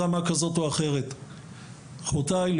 רבותיי,